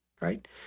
right